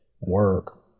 work